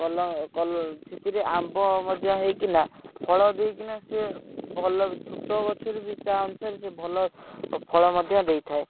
କଲ କଲ ସେଥିରେ ଆମ୍ବ ମଧ୍ୟ ହେଇକିନା ଫଳ ଦେଇକିନା ସେ ଭଲ ଛୋଟ ଗଛରୁ ବି ତା ଅନୁସାରେ ସେ ଭଲ ଫଳ ମଧ୍ୟ ଦେଇଥାଏ